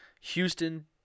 Houston